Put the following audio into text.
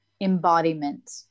embodiment